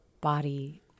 body